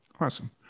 Awesome